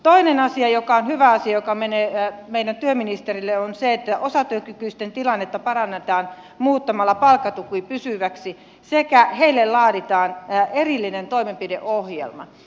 toinen asia joka on hyvä asia ja joka menee meidän työministerillemme on se että osatyökykyisten tilannetta parannetaan muuttamalla palkkatuki pysyväksi sekä heille laaditaan erillinen toimenpideohjelma